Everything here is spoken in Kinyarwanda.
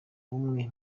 umwe